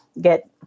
get